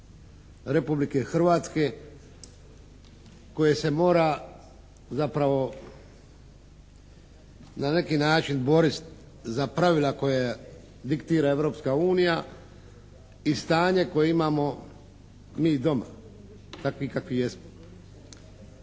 Republike Hrvatske koje se mora zapravo na neki način boriti za pravila koja diktira Europska unija i stanje koje imamo mi doma. Takvi kakvi jesmo.